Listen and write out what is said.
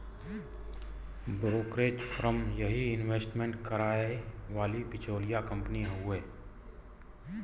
brokerage firm यही investment कराए वाली बिचौलिया कंपनी हउवे